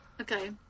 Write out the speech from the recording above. Okay